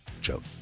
joke